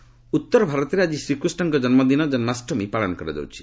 ଜନ୍ମାଷ୍ଟମୀ ଉତ୍ତର ଭାରତରେ ଆଜି ଶ୍ରୀକୃଷ୍ଣଙ୍କ ଜନ୍ମଦିନ ଜନ୍ମାଷ୍ଟମୀ ପାଳନ କରାଯାଉଛି